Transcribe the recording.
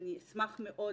שאני אשמח מאוד